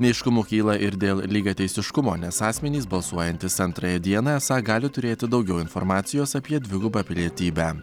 neaiškumų kyla ir dėl lygiateisiškumo nes asmenys balsuojantys antrąją dieną esą gali turėti daugiau informacijos apie dvigubą pilietybę